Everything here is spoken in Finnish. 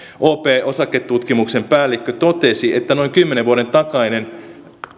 op osaketutkimuksen päällikkö totesi että noin kymmenen vuoden takainen